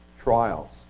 trials